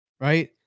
right